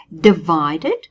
divided